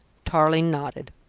tarling nodded.